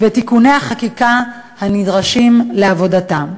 ואת תיקוני החקיקה הנדרשים לעבודתה.